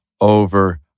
over